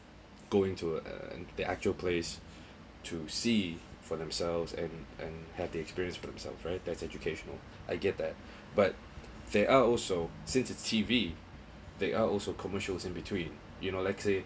go into uh the actual place to see for themselves and and have the experience for themselves that's educational I get that but there are also since the T_V they are also commercials in between you know let say